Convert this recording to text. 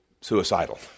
suicidal